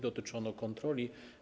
Dotyczy ono kontroli.